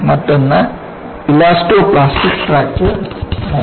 മറ്റൊന്ന് elastoplastic fracture mechanics